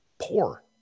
poor